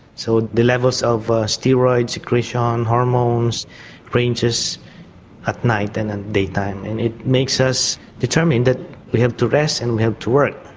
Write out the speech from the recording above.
so the levels of steroid secretion, hormones ranges at night and at and daytime and it makes us determined that we have to rest and we have to work.